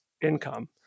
income